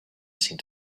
seemed